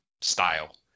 style